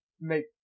make